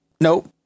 nope